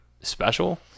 special